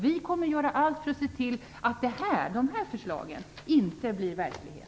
Vi kommer att göra allt för att se till att dessa förslag inte blir verklighet.